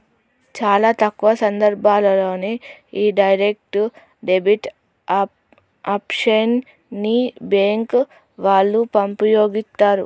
చాలా తక్కువ సందర్భాల్లోనే యీ డైరెక్ట్ డెబిట్ ఆప్షన్ ని బ్యేంకు వాళ్ళు వుపయోగిత్తరు